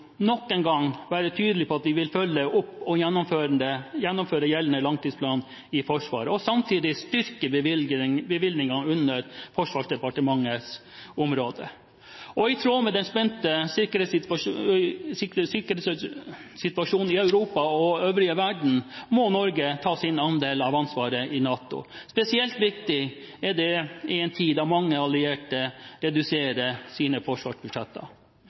nok en gang være tydelige på at vi vil følge opp og gjennomføre gjeldende langtidsplan i Forsvaret, og samtidig styrke bevilgningen under Forsvarsdepartementets område. I tråd med den spente sikkerhetssituasjonen i Europa og den øvrige verden må Norge ta sin andel av ansvaret i NATO. Spesielt viktig er det i en tid da mange allierte reduserer sine forsvarsbudsjetter.